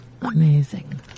Amazing